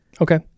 okay